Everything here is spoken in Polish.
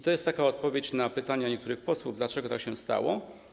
To jest odpowiedź na pytania niektórych posłów o to, dlaczego tak się stało.